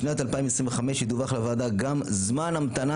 בשנת 2025 ידווח לוועדה גם זמן המתנה